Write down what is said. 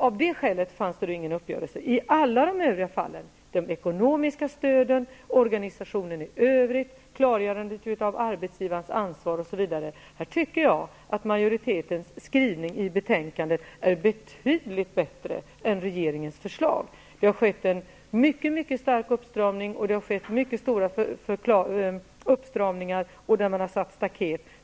Av det skälet fanns det ingen uppgörelse. När det gäller alla de övriga fallen -- de ekonomiska stöden, organisationen i övrigt, klargörandet av arbetsgivarens ansvar, osv. -- tycker jag att majoritetens skrivning i betänkandet är betydligt bättre än regeringens förslag. Det har gjorts en mycket stark uppstramning, och man har gjort avgränsningar